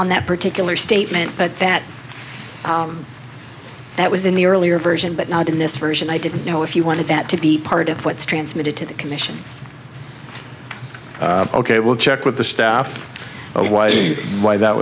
on that particular statement but that that was in the earlier version but not in this version i didn't know if you wanted that to be part of what's transmitted to the commission's ok i will check with the staff why the why that